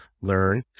learn